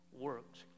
works